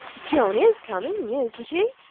joan is coming, isn't she?